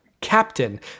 captain